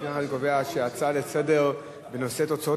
לפיכך אני קובע שההצעה לסדר-היום בנושא תוצאות